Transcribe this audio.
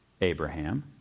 Abraham